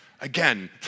Again